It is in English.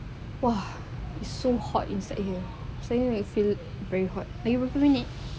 !wah! it's so hot inside here suddenly I feel very hot lagi berapa minute